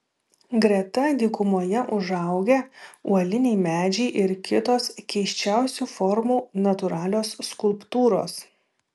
greta dykumoje užaugę uoliniai medžiai ir kitos keisčiausių formų natūralios skulptūros